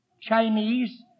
Chinese